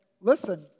listen